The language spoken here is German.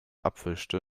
abwischte